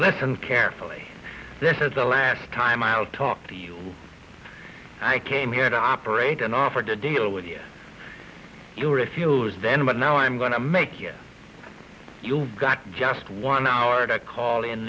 listen carefully this is the last time i'll talk to you i came here to operate and offered to deal with you you refused then but now i'm going to make you you've got just one hour to call in